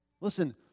Listen